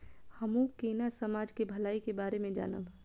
हमू केना समाज के भलाई के बारे में जानब?